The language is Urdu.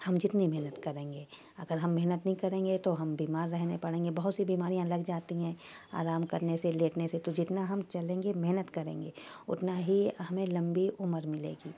ہم جتنی محنت کریں گے اگر ہم محنت نہیں کریں گے تو ہم بیمار رہنے پڑیں گے بہت سی بیماریاں لگ جاتی ہیں آرام کرنے سے لیٹنے سے تو جتنا ہم چلیں گے محنت کریں گے اتنا ہی ہمیں لمبی عمر ملے گی